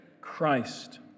Christ